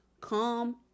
calm